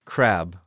Crab